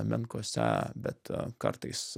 menkose bet kartais